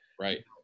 Right